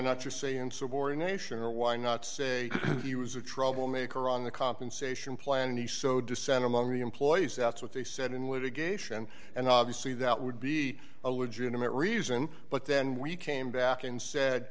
not just say insubordination or why not say he was a trouble maker on the compensation plan and he so dissent among the employees that's what they said in litigation and obviously that would be a legitimate reason but then we came back and said